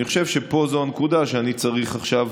אני חושב שפה זו נקודה שאני צריך עכשיו